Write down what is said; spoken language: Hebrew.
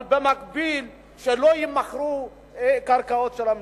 אבל במקביל שלא יימכרו קרקעות של המדינה.